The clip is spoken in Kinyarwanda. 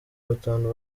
batanu